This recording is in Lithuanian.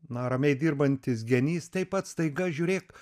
na ramiai dirbantis genys taip pat staiga žiūrėk